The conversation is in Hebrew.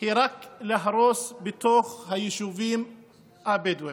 היא רק להרוס בתוך היישובים הבדואים.